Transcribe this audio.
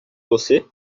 você